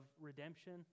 redemption